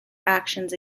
actions